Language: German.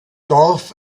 dorf